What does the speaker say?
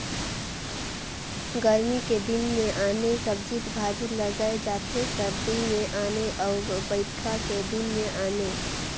गरमी के दिन मे आने सब्जी भाजी लगाए जाथे सरदी मे आने अउ बइरखा के दिन में आने